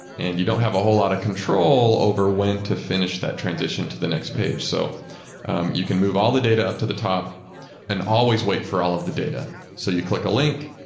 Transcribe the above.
and you don't have a whole lot of control over when to finish that transition to the next page. so um you you can move all the data up to the top and always wait for all of the data. so you click a link.